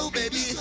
baby